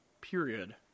period